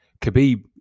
khabib